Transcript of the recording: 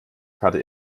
karte